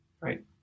Right